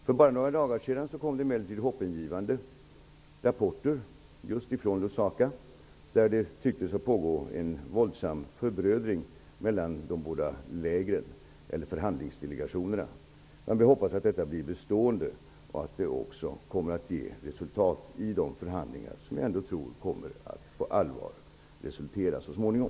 För bara några dagar sedan kom det emellertid hoppingivande rapporter från just Lusaka där det tycktes pågå en våldsam förbrödring mellan de båda förhandlingsdelegationerna. Vi får hoppas att detta blir bestående och att det också kommer att ge resultat i förhandlingarna så småningom.